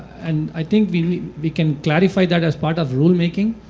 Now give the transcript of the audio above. and i think we we can clarify that as part of the rulemaking,